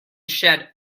shed